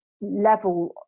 level